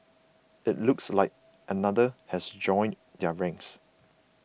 it looks like another has joined their ranks